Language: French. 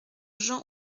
jean